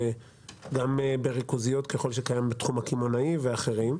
גם בריכוזיות ככול שקיים בתחום הקמעונאים ואחרים,